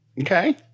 Okay